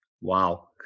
wow